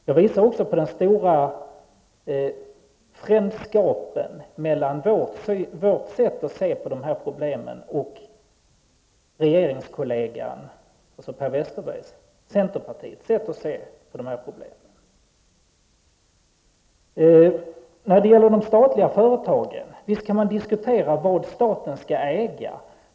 Jag visar också på den stora frändskapen mellan vårt sätt att se på problemen och Per Westerbergs regeringskollegas, dvs. centerpartiets, sätt att se på problemen. Visst kan man diskutera vad staten skall äga.